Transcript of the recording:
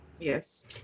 Yes